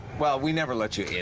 well, we never let you